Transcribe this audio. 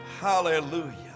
hallelujah